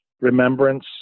remembrance